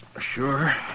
Sure